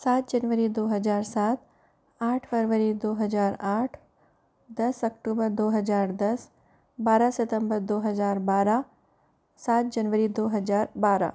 सात जनवरी दो हज़ार सात आठ फरवरी दो हज़ार आठ दस ऑक्टोबर दो हज़ार दस बारह सितम्बर दो हज़ार बारह सात जनवरी दो हज़ार बारह